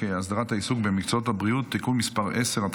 הסדרת העיסוק במקצועות הבריאות (תיקון מס' 10),